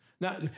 Now